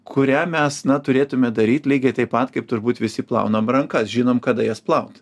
kurią mes na turėtume daryt lygiai taip pat kaip turbūt visi plaunam rankas žinom kada jas plaut